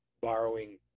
borrowing